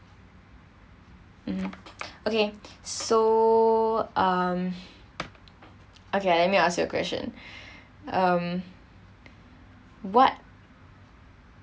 mmhmm okay so um okay let me ask you a question um what